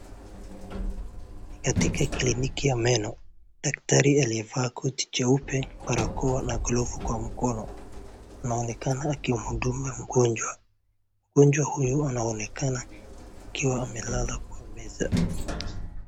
Katika kiliniki ya meno daktari aliyevaa koti jeupe, barakoa na glovu kwa mkono anaonekana akimhudumia mgonjwa. Mgonjwa huyu anaonekana akiwa amelala kwa meza.